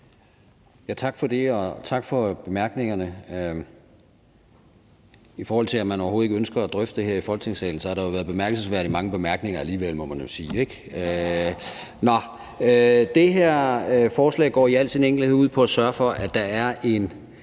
Tak for det, og tak for bemærkningerne. I forhold til at man overhovedet ikke ønsker at drøfte det her i Folketingssalen, har der været bemærkelsesværdig mange bemærkninger alligevel, må man jo sige, ikke? Nå, det her forslag går i al sin enkelhed ud på at sørge for, at der er en,